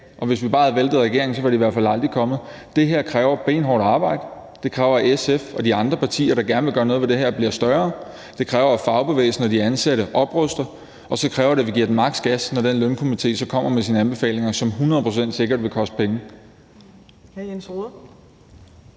og hvis vi bare havde væltet regeringen, var de i hvert fald aldrig kommet. Det her kræver benhårdt arbejde. Det kræver, at SF og de andre partier, der gerne vil gøre noget ved det her, bliver større, det kræver, at fagbevægelsen og de ansatte opruster, og det kræver, at vi giver den maks. gas, når den lønstrukturkomité så kommer med sine anbefalinger, som hundrede procent sikkert vil koste penge.